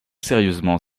sérieusement